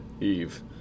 eve